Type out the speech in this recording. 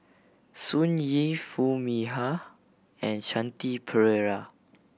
Sun Yee Foo Mee Har and Shanti Pereira